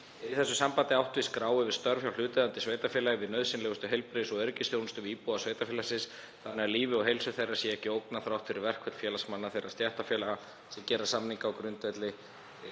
þessu sambandi er átt við skrá yfir störf hjá hlutaðeigandi sveitarfélagi við nauðsynlegustu heilbrigðis- og öryggisþjónustu við íbúa sveitarfélagsins þannig að lífi og heilsu þeirra sé ekki ógnað þrátt fyrir verkföll félagsmanna þeirra stéttarfélaga sem gera samninga á grundvelli